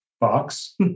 box